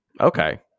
Okay